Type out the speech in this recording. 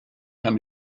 can